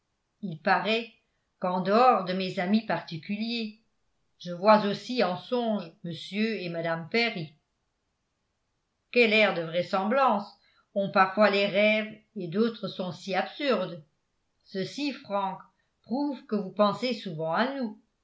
il paraît qu'en dehors de mes amis particuliers je vois aussi en songe m et mme perry quel air de vraisemblance ont parfois les rêves et d'autres sont si absurdes ceci frank prouve que vous pensez souvent à nous